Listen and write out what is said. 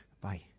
bye